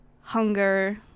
hunger